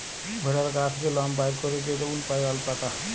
ভেড়ার গা থ্যাকে লম বাইর ক্যইরে যে উল পাই অল্পাকা